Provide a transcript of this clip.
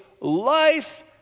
life